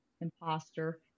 imposter